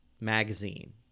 magazine